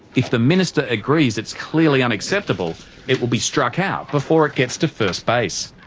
if the minister agrees it's clearly unacceptable it will be struck out before it gets to first base.